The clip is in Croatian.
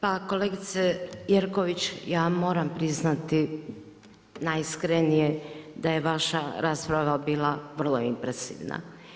Pa kolegice Jerković, ja moram priznati najiskrenije da je vaša rasprava bila vrlo impresivna.